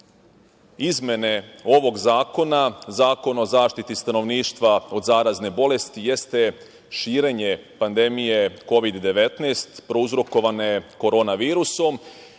izmene ovog zakona, Zakona o zaštiti stanovništva od zarazne bolesti jeste širenje pandemije Kovod 19, prouzrokovane korona virusom